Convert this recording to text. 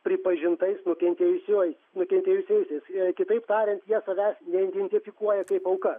pripažintais nukentėjusiuoju nukentėjusiaisiais kitaip tariant jie savęs neidentifikuoja kaip aukas